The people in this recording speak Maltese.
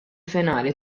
finali